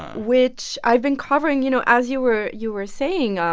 which, i've been covering. you know, as you were you were saying, um